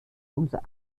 unser